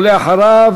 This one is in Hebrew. ואחריו